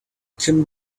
kim